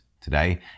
today